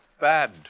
bad